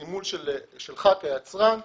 סימון שלך כיצרן מופיע.